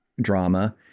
drama